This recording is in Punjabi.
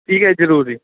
ਠੀਕ ਹੈ ਜ਼ਰੂਰ ਜੀ